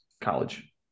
college